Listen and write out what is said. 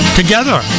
together